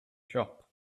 shop